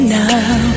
now